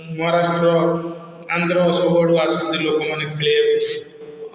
ମହାରାଷ୍ଟ୍ର ଆନ୍ଧ୍ର ସବୁଆଡ଼ୁ ଆସନ୍ତି ଲୋକମାନେ ଖେଳିବାପାଇଁ